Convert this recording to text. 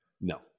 No